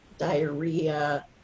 diarrhea